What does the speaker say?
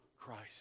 Christ